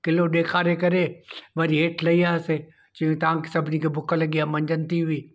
kilo ॾेखारे करे वरी हेठ लई आयासीं चयूं तव्हांखे सभिनि खे बुख लॻी आहे मंझदि थी हुई